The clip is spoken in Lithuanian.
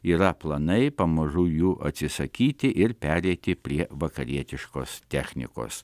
yra planai pamažu jų atsisakyti ir pereiti prie vakarietiškos technikos